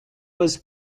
was